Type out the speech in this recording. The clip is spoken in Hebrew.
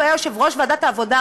הוא היה יושב-ראש ועדת העבודה,